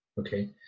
okay